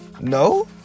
No